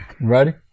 Ready